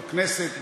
בכנסת,